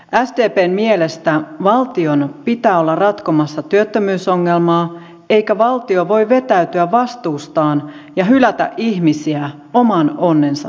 sdpn mielestä valtion pitää olla ratkomassa työttömyysongelmaa eikä valtio voi vetäytyä vastuustaan ja hylätä ihmisiä oman onnensa nojaan